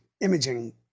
imaging